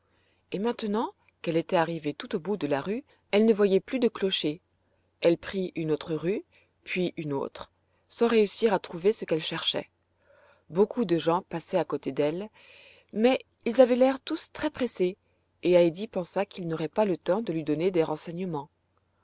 et maintenant qu'elle était arrivée tout au bout de la rue elle ne voyait plus de clocher elle prit une autre rue puis une autre sans réussir à trouver ce qu'elle cherchait beaucoup de gens passaient à côté d'elle mais ils avaient tous l'air très pressés et heidi pensa qu'ils n'auraient pas le temps de lui donner des renseignements